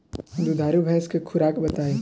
दुधारू भैंस के खुराक बताई?